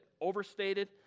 overstated